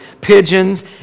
pigeons